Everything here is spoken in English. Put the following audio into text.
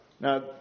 Now